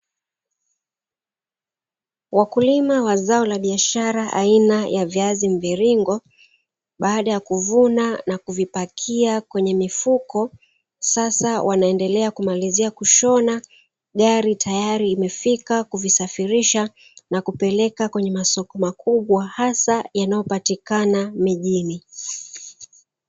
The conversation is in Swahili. Wakulima wa zao la biashara aina ya viazi mviringo, baada ya kuvuna na kuvipakia kwenye mifuko, sasa wanaendelea kumalizia kushona, gari tayari limefika kuvisafirisha, na kupeleka kwenye masoko makubwa, hasa yanayopatikana mijini.